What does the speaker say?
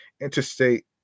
interstate